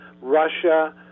Russia